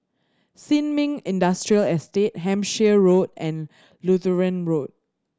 Sin Ming Industrial Estate Hampshire Road and Lutheran Road